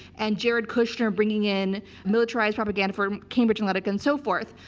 and jared kushner bringing in militarized propaganda for cambridge analytica and so forth.